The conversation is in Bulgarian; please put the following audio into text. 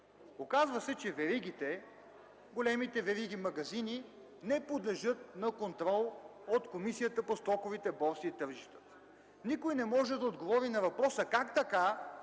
оказва се, че големите вериги магазини не подлежат на контрол от Комисията по стоковите борси и тържищата. Никой не може да отговори на въпроса: как така